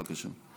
בבקשה.